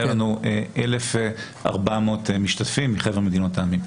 היה לנו 1,400 משתתפים מחבר מדינות העמים.